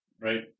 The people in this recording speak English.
right